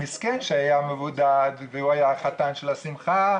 המסכן שהיה מבודד והיה חתן השמחה,